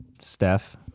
Steph